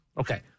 Okay